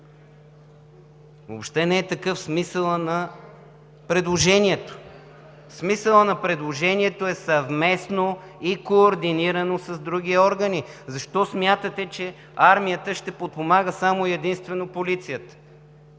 Въобще не е такъв смисълът на предложението. Смисълът на предложението е съвместно и координирано с други органи. Защо смятате, че армията ще подпомага само и единствено полицията,